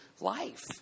life